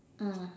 mm